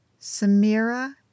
Samira